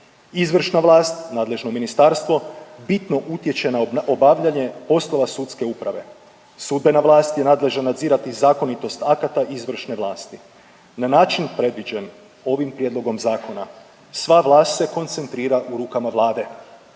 Izvršna vlast, nadležno ministarstvo bitno utječe na obavljanje poslova sudske uprave. Sudbena vlast je nadležna nadzirati zakonitost akata izvršne vlasti na način predviđen ovim prijedlogom zakona sva vlast se koncentrira u rukama Vlade